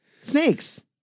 snakes